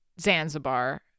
Zanzibar